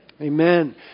Amen